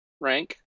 rank